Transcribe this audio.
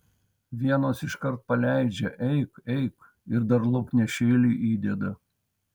vienos iškart paleidžia eik eik ir dar lauknešėlį įdeda